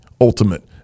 ultimate